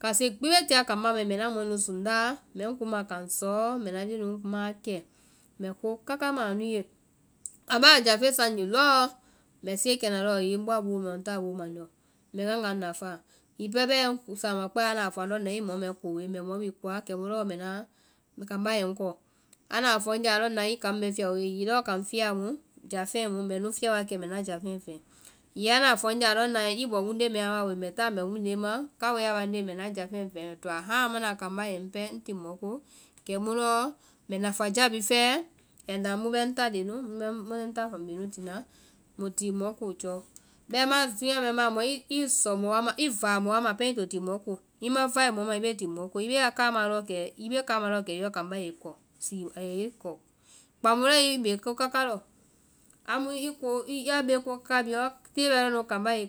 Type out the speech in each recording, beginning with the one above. Kásé gbi bee tia kambá mai, mbɛ na mɔɛ nu sudáa, mbɛ ŋ kuŋma kaŋ sɔɔ, mbɛ na leŋɛ nu maãkɛ, mbɛ ko káká ma anu ye. Kambá a jáfeŋ sae ŋye lɔɔ mbɛ siɛ kɛna lɔɔ hiŋi ŋ bɔa boo mɛɛɔ ŋ taa boo mande lɔ mbɛ ŋgaga nafaa, hiŋi pɛɛ bɛɛ sama kpɛa andɔ mɔ mɛɛ ko woe mbɛ mɔ bhii koa kɛmu lɔɔ mbɛ na- kambá ye ŋ kɔ. Anda a fɔ ŋnye na kaŋ mɛɛ fia woe lɔɔ kaŋ fiaa mu, jafeŋɛ mu mbɛ nu fia wa kɛ mbɛ na jáfeŋɛ fɛɛ. hiŋi anda fɔ ŋnye andɔ na i wunde mɛɛ ma woe, mbɛ taa mbɛ wundee ma kaoe a bande mbɛ na jáfeŋɛ fɛɛ, mbɛ to a hãa amana kambá ye ŋ pɛɛ ti mɔ ko, kɛ mu lɔɔ mbɛ nafa jaa bhii fɛɛ, ai na mu bɛ ŋ ta leŋɛ bɛ ŋ ta family nu tina, muĩ ti mɔ ko jɛ. Bɛima dúunyaa mɛɛ ma mɔi sɔ mɔ wa ma, i vaa mɔ wa ma pɛŋ i ti mɔ ko, i ma vae mɔ ma i bee ti mɔ ko, i bee ya kamaã lɔ kɛ, i bee kama lɔɔ kɛ i lɔ kambá ye i kɔ a ye i kɔ. Kpã mu lɔɔ i bee ko káká lɔ, amu i ya bee ko káká bhii lɔ tée bɔ lɔ nu kambá yɛ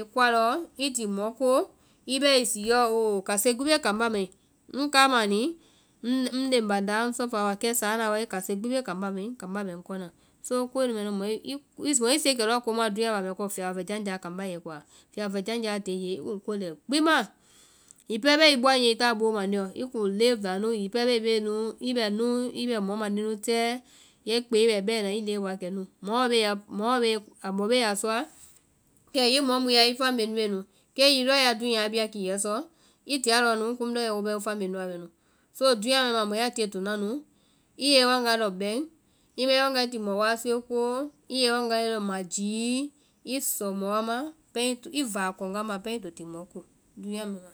i kɔa lɔɔ i ti mɔ ko, i bɛɛ i sii yɔ oo kasi gbi bee kambá mai,ŋ káama ni, ŋ léŋ bándaa ŋ sɔfaa kɛ sana wae kase gbi bee kambá mai kambá bɛ ŋ kɔna. So koe nu mɛ mɔ i, mɔ i sie kɛ lɔɔ ko muã dúunya ba mɛɛ kɔ, fiabɔ fɛjanjaa kambá yɛ i koa, fiabɔ fɛjanja a tie i ye mɔi kuŋ ko lɛi gbi maã, hiŋi pɛɛ bɛɛ i bɔa níɛ i taa boo mande lɔ, i kuŋ live la nu, hiŋi pɛɛ bɛɛ i bɛ nu, i bɛ nuu i bɛ mɔ mande nu tɛɛ, kɛ i kpee bɛ bɛna i live wa kɛ nu, mɔ bee a sɔa kɛ mɔ mu i ya ya mɔ bee nu, kɛ hiŋi lɔɔ ya dúunya a bia kii sɔ, i ti lɔ nu kii lɔɔ wo bɛ ya family nu wa bɛ nu, so dúunya mɛɛ ma mɔ ya tie tona nu, i yɛ i wanga lɔbɛŋ, i ma i wanga ti mɔ wasue koo, i ye wanga lɔ ma jii, i sɔ mɔ wa ma pɛŋ, i vaa kɔŋ wa ma pɛŋ i to ti mɔ ko dúunya mɛɛ ma.